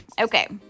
Okay